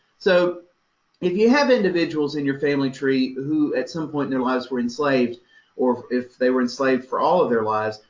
so if you have individuals in your family tree who at some point in their lives were enslaved or if they were enslaved for all of their lives,